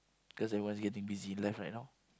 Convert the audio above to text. cause everyone's getting busy in life right now